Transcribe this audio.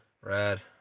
Rad